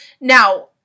Now